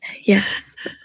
Yes